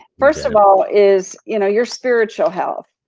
first of all, is you know your spiritual health.